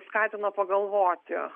skatina pagalvoti